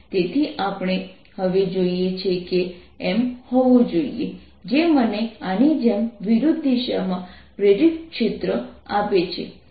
તેથી આપણે હવે જોઈએ છે કે M હોવું જોઈએ જે મને આની જેમ વિરુદ્ધ દિશામાં પ્રેરિત ક્ષેત્ર આપે છે